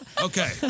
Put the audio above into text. Okay